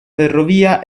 ferrovia